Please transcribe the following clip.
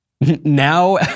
Now